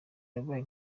babaye